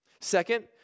Second